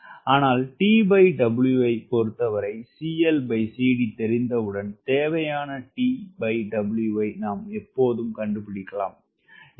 ஆனால் TW ஐப் பொறுத்தவரை clcd தெரிந்தவுடன் தேவையான TW ஐ நாம் எப்போதும் கண்டுபிடிக்கலாம்